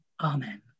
Amen